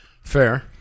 Fair